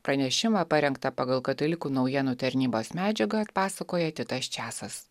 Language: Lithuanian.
pranešimą parengtą pagal katalikų naujienų tarnybos medžiagą atpasakoja titas čiasas